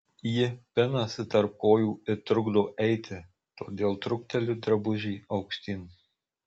ji pinasi tarp kojų ir trukdo eiti todėl trukteliu drabužį aukštyn